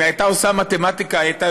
אם היא הייתה עושה מתמטיקה היא הייתה